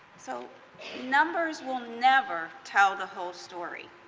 so numbers will never tell the whole story.